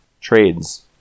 Trades